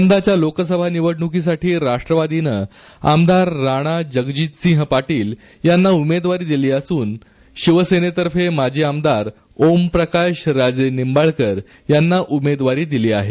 यंदाच्या लोकसभा निवडणुकीसाठी राष्ट्रवादीने आमदार राणा जगजितसिंह पाटील यांना उमेदवारी दिली असून शिवसेनेतर्फे माजी आमदार ओमप्रकाश राजेनिंबाळकर यांना उमेदवारी दिली आहे